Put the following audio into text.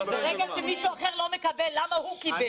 ברגע שמישהו אחר לא מקבל, למה הוא קיבל?